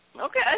okay